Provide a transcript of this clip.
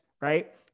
right